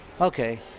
Okay